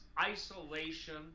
isolation